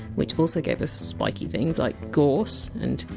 which also gave us spiky things like! gorse! and!